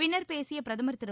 பின்னர் பேசிய பிரதமர் திரு